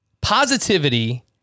positivity